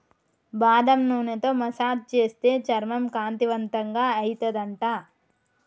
బాదం నూనెతో మసాజ్ చేస్తే చర్మం కాంతివంతంగా అయితది అంట